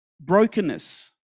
brokenness